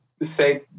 say